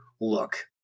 look